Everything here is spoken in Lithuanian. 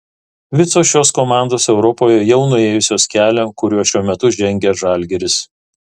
visos šios komandos europoje jau nuėjusios kelią kuriuo šiuo metu žengia žalgiris